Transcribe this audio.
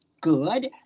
good